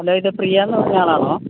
hello ഇത് പ്രിയ എന്ന് പറഞ്ഞയാളാണോ